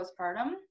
postpartum